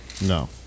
No